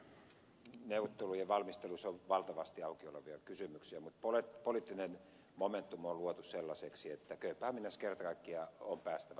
kööpenhaminan neuvottelujen valmisteluissa on valtavasti auki olevia kysymyksiä mutta poliittinen momentum on luotu sellaiseksi että kööpenhaminassa kerta kaikkiaan on päästävä tulokseen